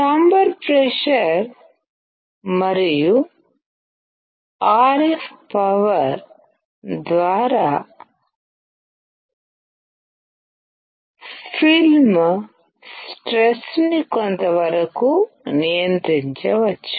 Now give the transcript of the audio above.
chamber pressure మరియు RF power ద్వారా film స్ట్రెస్ని కొంతవరకు నియంత్రించవచ్చు